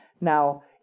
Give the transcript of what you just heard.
Now